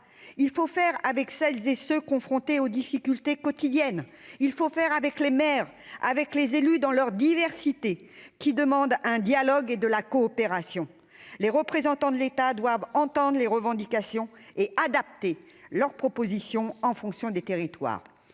Il faut faire avec celles et ceux qui sont confrontés aux difficultés quotidiennes. Il faut faire avec les maires, avec les élus dans leur diversité, qui demandent un dialogue et de la coopération. Les représentants de l'État doivent entendre les revendications et adapter leurs propositions en fonction des territoires.